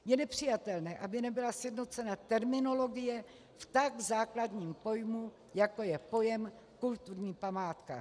Je nepřijatelné, aby nebyla sjednocena terminologie v tak základním pojmu, jako je pojem kulturní památka.